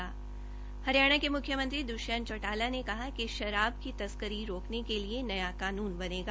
हरियाणा के उप मुख्यमंत्री दुश्यंत चौटाला ने कहा कि शराब की तस्करी रोकने के लिए नया कानून बनेगा